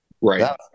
Right